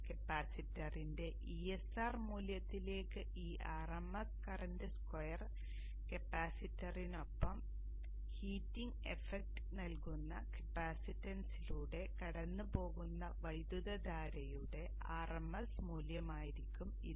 അതിനാൽ കപ്പാസിറ്ററിന്റെ ESR മൂല്യത്തിലേക്ക് ഈ r m s current square കപ്പാസിറ്ററിനൊപ്പം ഹീറ്റിംഗ് എഫ്ഫക്റ്റ് നൽകുന്ന കപ്പാസിറ്റൻസിലൂടെ കടന്നുപോകുന്ന വൈദ്യുതധാരയുടെ r m s മൂല്യമായിരിക്കും ഇത്